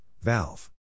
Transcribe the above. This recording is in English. Valve